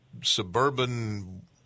suburban